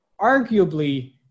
arguably